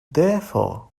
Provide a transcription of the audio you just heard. therefore